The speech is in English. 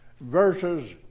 verses